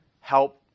help